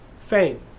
Fame